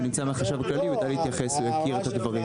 הוא יידע להתייחס, הוא מכיר את הדברים.